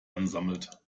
ansammelt